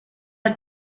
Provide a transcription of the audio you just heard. are